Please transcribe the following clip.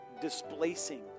displacing